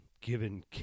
Given